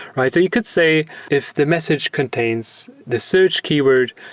right? so you could say if the message contains the search keyword,